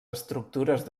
estructures